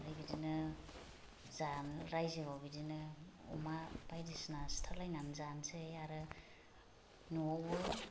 ओमफ्राय बिदिनो जानाय रायजोआव बिदिनो अमा बायदिसिना सिथारलायनानै जानोसै आरो न'आवबो